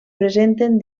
presenten